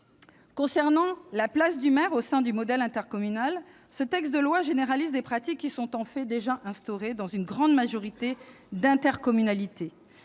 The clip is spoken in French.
Concernant la place du maire au sein du modèle intercommunal, ce texte de loi généralise des pratiques qui sont en fait déjà instaurées dans une grande majorité d'intercommunalités.